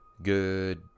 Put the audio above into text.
Good